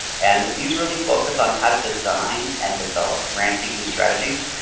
and these really focus on how to design and develop grant seeking strategies.